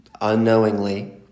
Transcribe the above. unknowingly